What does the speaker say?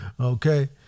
okay